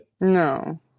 No